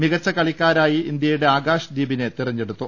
മികച്ച കളി ക്കാരനായി ഇന്ത്യയുടെ ആകാശ് ദീപിനെ തെരഞ്ഞെടുത്തു